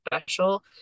special